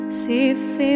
safe